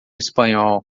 espanhol